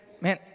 man